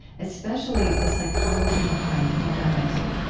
especially the psychology behind morality.